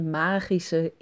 magische